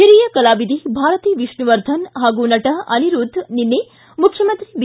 ಹಿರಿಯ ಕಲಾವಿದೆ ಭಾರತಿ ವಿಷ್ಣುವರ್ಧನ್ ಹಾಗೂ ನಟ ಅನಿರುದ್ದ್ ನಿನ್ನೆ ಮುಖ್ಯಮಂತ್ರಿ ಬಿ